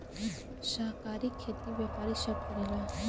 सहकारी खेती व्यापारी सब करेला